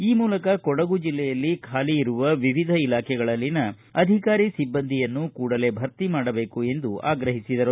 ಈ ಮೂಲಕ ಕೊಡಗು ಜಿಲ್ಲೆಯಲ್ಲಿ ಬಾಲಿಯಿರುವ ವಿವಿಧ ಇಲಾಖೆಗಳಲ್ಲಿನ ಅಧಿಕಾರಿ ಸಿಬ್ಲಂದಿಯನ್ನು ಕೂಡಲೇ ಭರ್ತಿ ಮಾಡಬೇಕು ಎಂದು ಆಗ್ರಹಿಸಿದರು